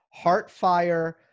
Heartfire